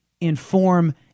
inform